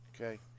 Okay